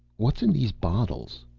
what's in these bottles?